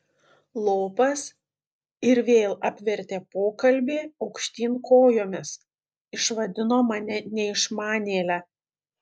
lopas ir vėl apvertė pokalbį aukštyn kojomis išvadino mane neišmanėle